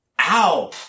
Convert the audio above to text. ow